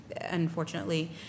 unfortunately